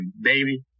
baby